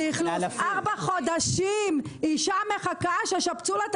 ארבעה חודשים אישה מחכה שישפצו לה את